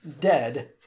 dead